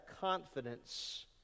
confidence